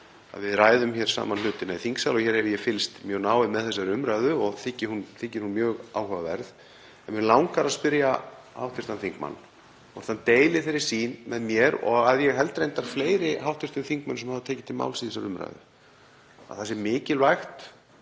að við ræðum hér saman um hlutina í þingsal. Ég hef fylgst mjög náið með þessari umræðu og þykir hún mjög áhugaverð. En mig langar að spyrja hv. þingmann hvort hún deili þeirri sýn með mér, og að ég held reyndar fleiri hv. þingmönnum sem hafa tekið til máls í þessari umræðu, að það sé mikilvægt